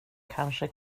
kanske